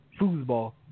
foosball